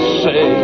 say